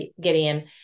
Gideon